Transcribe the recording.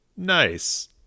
nice